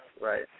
right